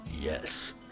Yes